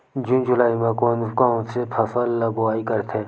जून जुलाई म कोन कौन से फसल ल बोआई करथे?